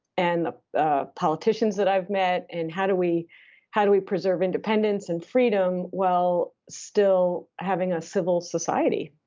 and the ah politicians that i've met, and how do we how do we preserve independence and freedom while still having a civil society.